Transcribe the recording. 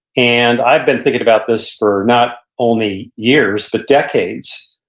and i've been thinking about this for not only years but decades,